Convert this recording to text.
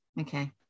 Okay